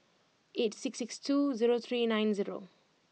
eight six six two zero three nine zero